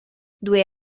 due